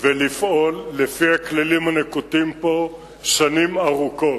ולפעול לפי הכללים הנקוטים פה שנים ארוכות,